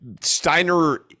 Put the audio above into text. Steiner